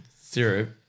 syrup